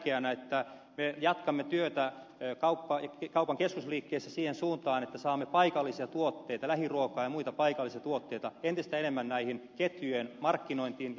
itse pidän myös tärkeänä että me jatkamme työtä kaupan keskusliikkeissä siihen suuntaan että saamme paikallisia tuotteita lähiruokaa ja muita paikallisia tuotteita entistä enemmän näiden ketjujen markkinointiin ja myyntiin